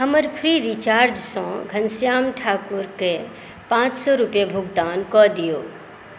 हमर फ्री रिचार्जसँ घनश्याम ठाकुरकेँ पाँच सए रूपैया भुगतान कऽ दिऔ